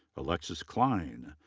alexis klein.